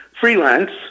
freelance